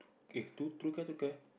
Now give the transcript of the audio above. eh True Care True Care